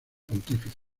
pontífice